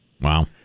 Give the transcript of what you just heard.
Wow